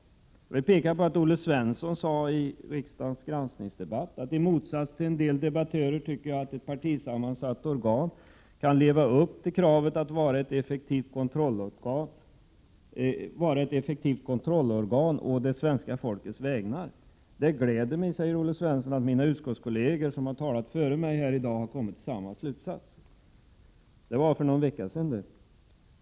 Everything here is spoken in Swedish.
Jag vill peka på att Olle Svensson i riksdagens granskningsdebatt sade: ”I motsats till en del debattörer tycker jag att ett partisammansatt organ kan leva upp till kravet på att vara ett effektivt kontrollorgan å det svenska folkets vägnar. Det glädjer mig att mina utskottskolleger som har talat före mig här i dag har kommit till samma slutsats.” Det var för någon vecka sedan.